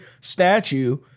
statue